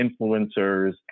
influencers